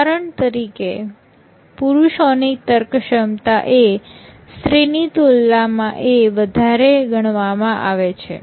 ઉદાહરણ તરીકે પુરુષોની તર્ક ક્ષમતા એ સ્ત્રીની તુલના એ વધારે ગણવામાં આવે છે